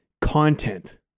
content